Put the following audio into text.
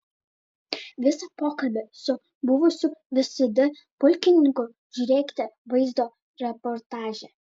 visą pokalbį su buvusiu vsd pulkininku žiūrėkite vaizdo reportaže